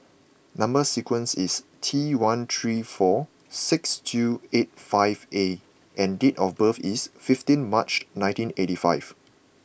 number sequence is T one three four six two eight five A and date of birth is fifteenth March nineteen eighty five